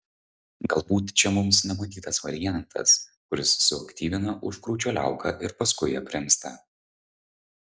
galbūt čia mums nematytas variantas kuris suaktyvina užkrūčio liauką ir paskui aprimsta